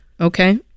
Okay